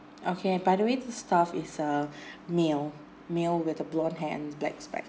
okay by the way the staff is a male male with a blonde hair and black specs